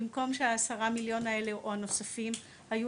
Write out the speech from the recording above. במקום שה-10 מיליון האלה או הנוספים היו